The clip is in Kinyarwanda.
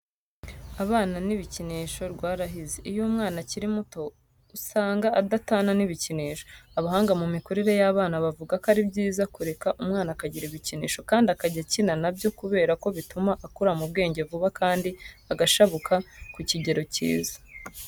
Abana n'ibikinisho rwarahize. Iyo umwana akiri mutoya usanga adatana n'ibikinisho. Abahanga mu mikurire y'abana bavuga ko ari byiza kureka umwana akagira ibikinisho kandi akajya akina na byo kubera ko bituma akura mu bwenge vuba kandi agashabuka ku kigero cyiza.